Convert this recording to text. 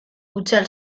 hutsal